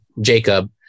Jacob